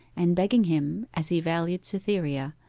and begging him, as he valued cytherea,